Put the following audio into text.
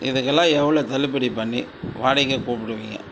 இதுக்கெல்லாம் எவ்வளோ தள்ளுபடி பண்ணி வாடகையாக கூப்பிடுவிங்க